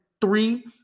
three